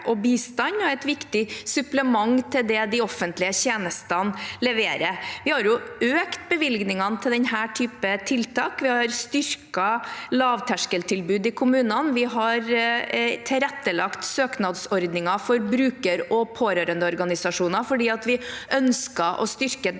og bistand og er et viktig supplement til det de offentlige tjenestene leverer. Vi har økt bevilgningene til denne typen tiltak. Vi har styrket lavterskeltilbudet i kommunene. Vi har tilrettelagt søknadsordninger for bruker- og pårørendeorganisasjoner fordi vi ønsket å styrke